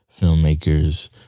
filmmakers